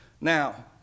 Now